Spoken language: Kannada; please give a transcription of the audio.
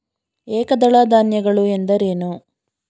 ಏಕದಳ ಧಾನ್ಯಗಳು ಎಂದರೇನು?